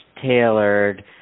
tailored